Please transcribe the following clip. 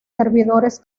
servidores